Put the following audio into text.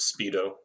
Speedo